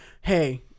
hey